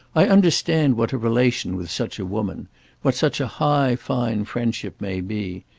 i understand what a relation with such a woman what such a high fine friendship may be.